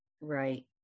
Right